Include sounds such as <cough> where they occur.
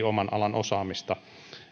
<unintelligible> oman alan osaamista